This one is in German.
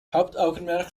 hauptaugenmerk